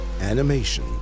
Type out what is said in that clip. animation